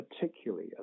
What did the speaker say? particularly